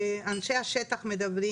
אנשי השטח מדברים.